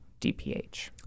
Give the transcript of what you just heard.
DPH